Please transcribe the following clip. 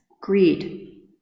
Greed